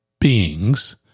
beings